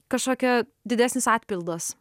kažkokia didesnis atpildas